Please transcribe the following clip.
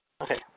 Okay